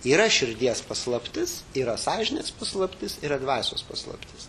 yra širdies paslaptis yra sąžinės paslaptis yra dvasios paslaptis